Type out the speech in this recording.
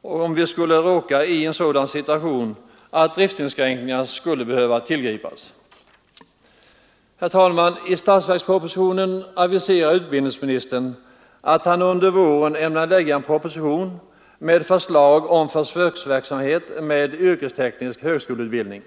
om vi skulle råka i en sådan situation att driftsinskränkningar skulle behöva tillgripas. I statsverkspropositionen aviserar utbildningsministern att han under våren ämnar lägga fram en proposition med förslag om försöksverksamhet med yrkesteknisk högskoleutbildning.